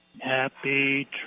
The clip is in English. Happy